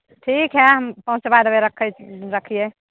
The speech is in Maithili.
ठीक हइ हम पहुंचबाय देबै रखै छी रखिये